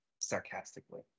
sarcastically